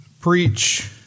preach